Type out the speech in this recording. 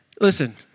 Listen